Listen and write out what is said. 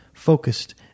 focused